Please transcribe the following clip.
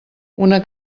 una